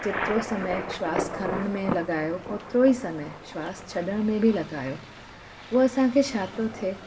जेतिरो समय श्वास खरण में लॻायो होतिरो ही समय श्वास छॾण में बि लॻायो उहा असांखे छा थो थिए